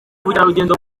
ubukerarugendo